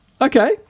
Okay